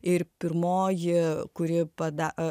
ir pirmoji kuri pada a